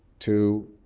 to